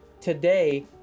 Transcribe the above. today